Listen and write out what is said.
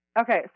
Okay